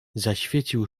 zaświecił